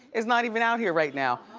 is not even out here right now.